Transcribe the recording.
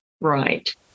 Right